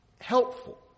helpful